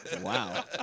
Wow